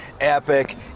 Epic